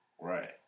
Right